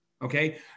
Okay